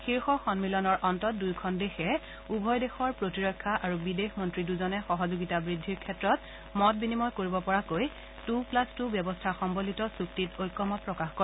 শীৰ্ষ সম্মিলনৰ অন্তত দুয়োখন দেশে উভয় দেশৰ প্ৰতিৰক্ষা আৰু বিদেশ মন্ত্ৰী দুজনে সহযোগিতা বৃদ্ধিৰ ক্ষেত্ৰত মত বিনিময় কৰিব পৰাকৈ টু প্লাছ টু মেকানিজিম সম্বলিত চুক্তিত ঐক্যমত প্ৰকাশ কৰে